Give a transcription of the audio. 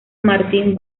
martín